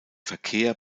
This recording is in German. verkehr